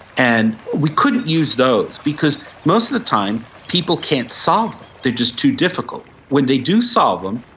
and we couldn't use those because most of the time people can't solve them. they're just too difficult. when they do solve them,